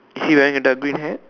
is he wearing the green hat